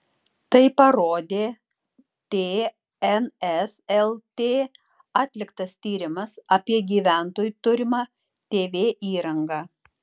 tai parodė tns lt atliktas tyrimas apie gyventojų turimą tv įrangą